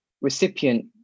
recipient